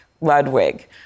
Ludwig